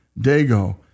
Dago